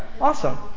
Awesome